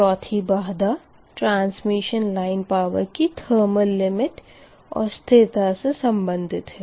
चौथी बाधा transmission line power की थर्मल लिमिट और स्थिरता से सम्बंधित है